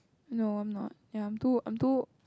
no I am not ya I am too I am too